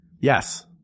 Yes